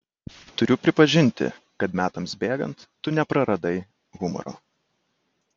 turiu pripažinti kad metams bėgant tu nepraradai humoro